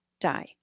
die